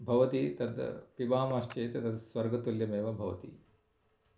भवति तत् पिबामश्चेत् तत् स्वर्गतुल्यम् एव भवति